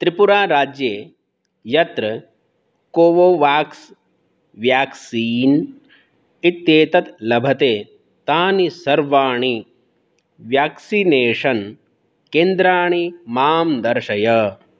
त्रिपुराराज्ये यत्र Covovax vaccine इत्येतत् लभते तानि सर्वाणि व्याक्सिनेषन् केन्द्राणि मां दर्शय